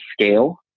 scale